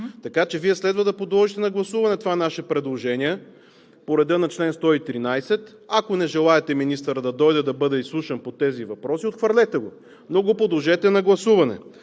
Така че Вие следва да подложите на гласуване това наше предложение по реда на чл. 113. Ако не желаете министърът да дойде и да бъде изслушан по тези въпроси, отхвърлете го, но го подложете на гласуване.